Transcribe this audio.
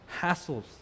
hassles